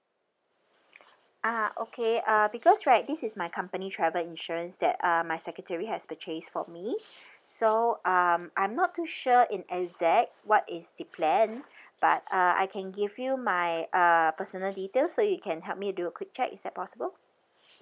ah okay uh because right this is my company travel insurance that uh my secretary has purchased for me so um I'm not too sure in exact what is the plan but uh I can give you my uh personal details so you can help me do a quick check is that possible